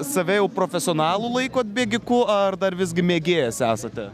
save jau profesionalu laikot bėgiku ar dar visgi mėgėjas esate